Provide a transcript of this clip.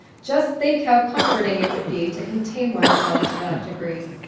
just think how comforting it would be to contain oneself to that degree.